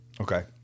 Okay